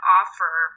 offer